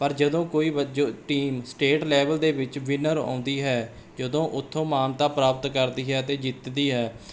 ਪਰ ਜਦੋਂ ਕੋਈ ਟੀਮ ਸਟੇਟ ਲੈਵਲ ਦੇ ਵਿੱਚ ਵਿਨਰ ਆਉਂਦੀ ਹੈ ਜਦੋਂ ਉੱਥੋਂ ਮਾਨਤਾ ਪ੍ਰਾਪਤ ਕਰਦੀ ਹੈ ਅਤੇ ਜਿੱਤਦੀ ਹੈ